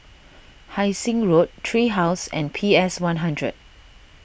Hai Sing Road Tree House and P S one hundred